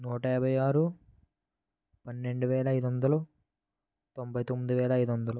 నూట యాభై ఆరు పన్నెండు వేల ఐదు వందలు తొంభై తొమ్మిది వేల ఐదు వందలు